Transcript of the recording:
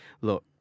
Look